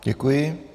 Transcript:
Děkuji.